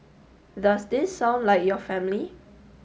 does this sound like your family